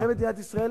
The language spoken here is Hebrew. הם אזרחי מדינת ישראל,